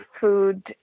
food